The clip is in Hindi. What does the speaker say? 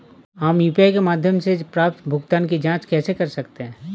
हम यू.पी.आई के माध्यम से प्राप्त भुगतान की जॉंच कैसे कर सकते हैं?